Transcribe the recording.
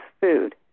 food